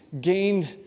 gained